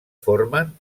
formen